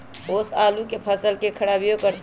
ओस आलू के फसल के खराबियों करतै?